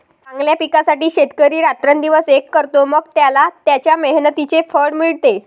चांगल्या पिकासाठी शेतकरी रात्रंदिवस एक करतो, मग त्याला त्याच्या मेहनतीचे फळ मिळते